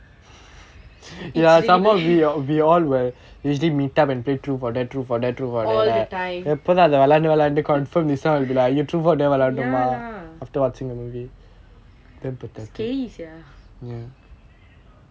it's really bad all the time ya lah scary sia